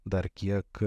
dar kiek